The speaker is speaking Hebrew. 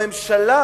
בממשלה